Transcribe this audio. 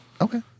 Okay